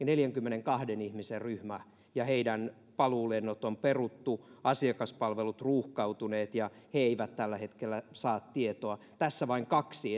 neljänkymmenenkahden ihmisen ryhmä ja heidän paluulennot on peruttu asiakaspalvelut ruuhkautuneet ja he eivät tällä hetkellä saa tietoa tässä vain kaksi